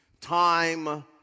time